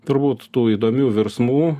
turbūt tų įdomių virsmų